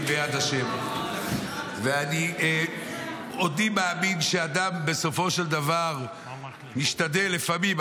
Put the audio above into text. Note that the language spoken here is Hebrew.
ביד ה'; ועודי מאמין שאדם בסופו של דבר משתדל לפעמים,